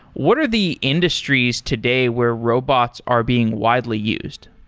what are the industries today where robots are being widely used?